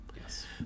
Yes